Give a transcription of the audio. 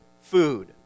food